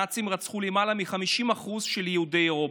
הנאצים רצחו למעלה מ-50% מיהודי אירופה: